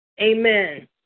Amen